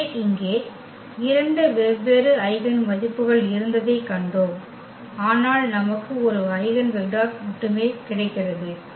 எனவே இங்கே இரண்டு வெவ்வேறு ஐகென் மதிப்புகள் இருந்ததைக் கண்டோம் ஆனால் நமக்கு ஒரு ஐகென் வெக்டர் மட்டுமே கிடைக்கிறது